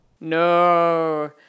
No